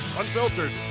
unfiltered